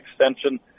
extension